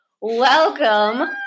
welcome